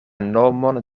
nomon